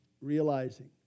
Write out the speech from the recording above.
realizing